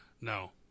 No